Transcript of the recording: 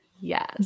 Yes